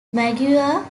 maguire